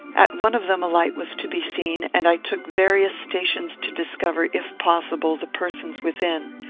at one of them a light was to be seen, and i took various stations to discover, if possible, the persons within.